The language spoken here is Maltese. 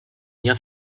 jaf